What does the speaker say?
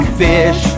fish